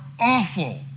awful